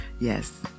Yes